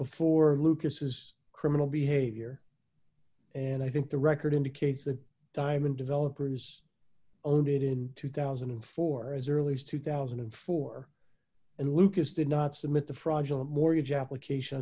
before lucas's criminal behavior and i think the record indicates that diamond developers owned it in two thousand and four as early as two thousand and four and lucas did not submit the fraudulent mortgage application